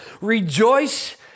Rejoice